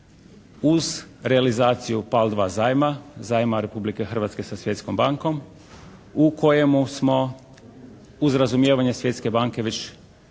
uz realizaciju PAL 2 zajma, zajma Republike Hrvatske za Svjetskom bankom u kojemu smo uz razumijevanje Svjetske banke već dobili